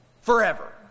Forever